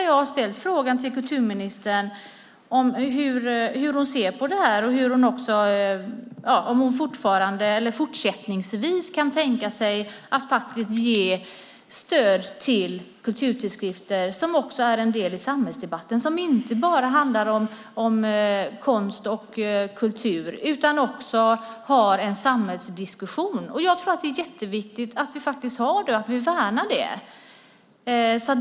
Jag har frågat kulturministern hur hon ser på detta och om hon fortsättningsvis kan tänka sig att faktiskt ge stöd till kulturtidskrifter som också är en del av samhällsdebatten och som inte bara handlar om konst och kultur utan också för en samhällsdiskussion. Jag tror att det är jätteviktigt att vi faktiskt har det och att vi värnar det.